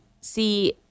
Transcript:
see